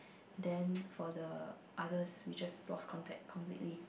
then for the others we just lost contact completely